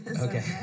Okay